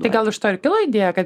tai gal iš to ir kilo idėja kad